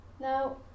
Now